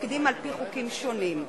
לתפקידים על-פי חוקים שונים.